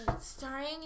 starring